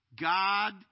God